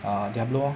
err diablo lor